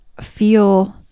feel